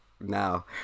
now